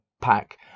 pack